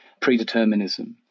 predeterminism